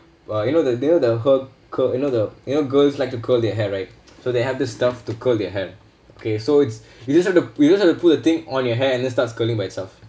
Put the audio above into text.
uh you know the near the her curl you know the you know girls like to curl their hair right so they have this stuff to curl their hair okay so it's you just have to you have to pull the thing on your hair and then starts curling by itself